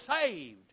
saved